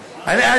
חתום,